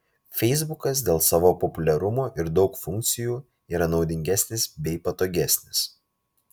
feisbukas dėl savo populiarumo ir daug funkcijų yra naudingesnis bei patogesnis